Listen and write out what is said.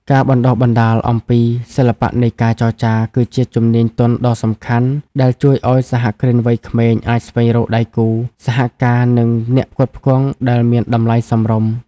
ការបណ្ដុះបណ្ដាលអំពី "សិល្បៈនៃការចរចា" គឺជាជំនាញទន់ដ៏សំខាន់ដែលជួយឱ្យសហគ្រិនវ័យក្មេងអាចស្វែងរកដៃគូសហការ និងអ្នកផ្គត់ផ្គង់ដែលមានតម្លៃសមរម្យ។